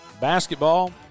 Basketball